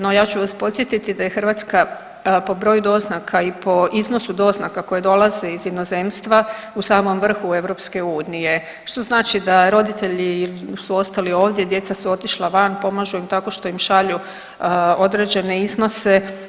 No, ja ću vas podsjetiti da je Hrvatska po broju doznaka i po iznosu doznaka koje dolaze iz inozemstva u samom vrhu EU što znači da roditelji su ostali ovdje, djeca su otišla van, pomažu im tako što im šalju određene iznose.